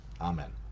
Amen